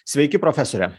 sveiki profesore